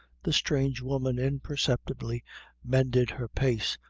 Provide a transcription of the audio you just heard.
the strange woman imperceptibly mended her pace,